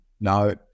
no